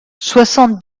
soixante